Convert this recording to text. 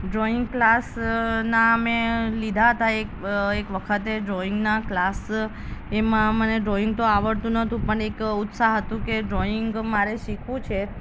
drawing class ના મેં લીધા હતા એક એક વખતે ડ્રોઈંગના ક્લાસ એમાં મને ડ્રોઈંગ તો આવડતું નહોતું પણ એક ઉત્સાહ હતું કે ડ્રોઈંગ મારે શીખવું છે